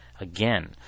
Again